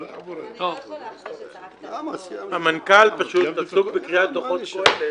אני לא יכולה אחרי שצעקת --- המנכ"ל פשוט עסוק בקריאת דוחות קהלת,